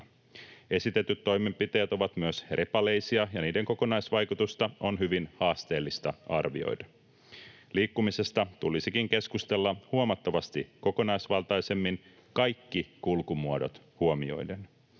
Esitetyt toimenpiteet ovat myös repaleisia, ja niiden kokonaisvaikutusta on hyvin haasteellista arvioida. Liikkumisesta tulisikin keskustella huomattavasti kokonaisvaltaisemmin kaikki kulkumuodot huomioiden.